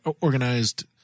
organized